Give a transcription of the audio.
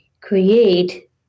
create